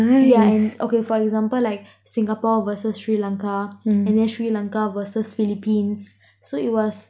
yeah and okay for example like singapore versus sri lanka and then sri lanka versus philippines so it was